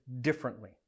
differently